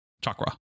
Chakra